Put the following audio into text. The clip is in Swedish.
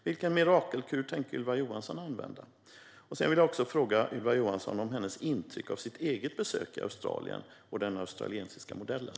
Vilken mirakelkur tänker Ylva Johansson använda? Jag vill också fråga Ylva Johansson om hennes intryck av sitt eget besök i Australien och av den australiska modellen.